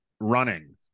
Running